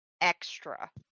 extra